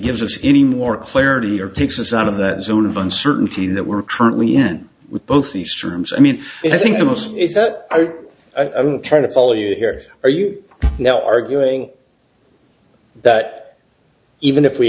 gives us any more clarity or takes us out of that zone of uncertainty that we're currently in with both the extremes i mean i think the most is that i try to follow you here are you now arguing that even if we